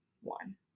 one